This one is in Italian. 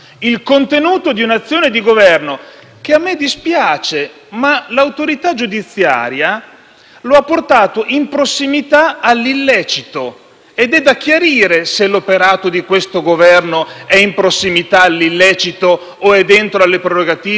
- ha portato in prossimità dell'illecito ed è da chiarire se l'operato di questo Governo sia in prossimità dell'illecito o sia dentro alle prerogative della legge e della Costituzione e non lo può chiarire quest'Assemblea. Quest'Assemblea deve solo decidere